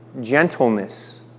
gentleness